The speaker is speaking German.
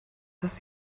dass